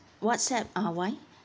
whatsapp ah why